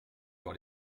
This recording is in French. par